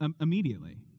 immediately